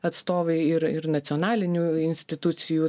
atstovai ir ir nacionalinių institucijų